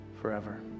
forever